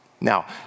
Now